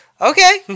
Okay